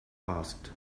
asked